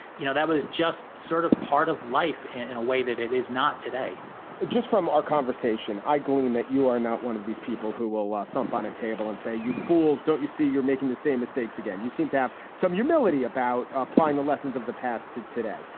you know, that was just sort of part of life in a way that it is not today just from our conversation, i glean that you are not one of these people who will ah thump on a table and say, you fools, don't you see you're making the same mistakes again? you seem to have some humility about applying the lessons of the past to today.